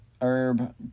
herb